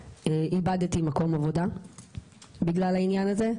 איבדתי מקום עבודה בגלל העניין הזה.